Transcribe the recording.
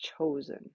chosen